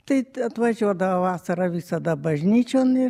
tai atvažiuodavo vasarą visada bažnyčion ir